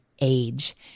age